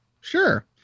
Sure